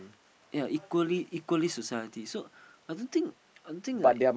ya equally society so I don't think I don't think like